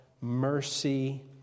mercy